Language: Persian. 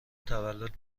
تولد